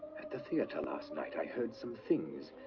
at the theater last night, i heard some things.